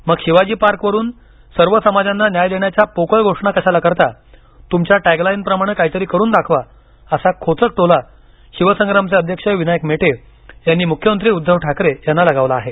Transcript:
मग शिवाजी पार्कवरून सर्व समाजांना न्याय देण्याच्या पोकळ घोषणा कशाला करता त्मच्या टॅगलाइनप्रमाणे काहीतरी करून दाखवा असा खोचक टोला शिवसंग्रामचे अध्यक्ष विनायक मेटे यांनी मूख्यमंत्री उद्धव ठाकरे यांना लगावला आहे